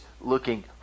looking